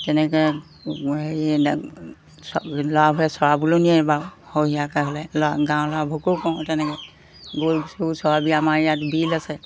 তেনেকৈ হেৰি ল'ৰাবোৰে চৰাবলৈও নিয়ে বাৰু সৰহীয়াকৈ হ'লে ল'ৰা গাঁৱৰ ল'ৰাবোৰকো কওঁ তেনেকৈ গৰু চৰু চৰাবি আমাৰ ইয়াত বিল আছে